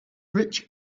rich